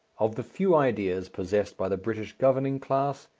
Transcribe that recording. of the few ideas possessed by the british governing class,